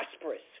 prosperous